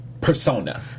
persona